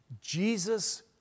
Jesus